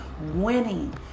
Winning